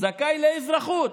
זכאי לאזרחות".